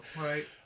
right